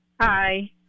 Hi